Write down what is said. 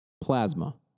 Plasma